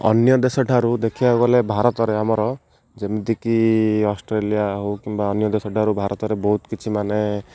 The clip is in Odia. ଅନ୍ୟ ଦେଶ ଠାରୁ ଦେଖିବାକୁ ଗଲେ ଭାରତରେ ଆମର ଯେମିତିକି ଅଷ୍ଟ୍ରେଲିଆ ହଉ କିମ୍ବା ଅନ୍ୟ ଦେଶ ଠାରୁ ଭାରତରେ ବହୁତ କିଛି ମାନେ